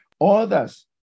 Others